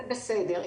זה בסדר.